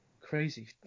Crazy